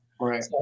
Right